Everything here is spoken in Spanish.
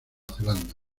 zelanda